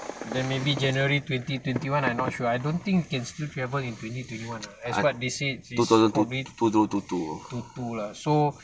then maybe january twenty twenty one I not sure I don't think can still travel in twenty twenty one ah that's what they said is probably two two lah so